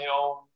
own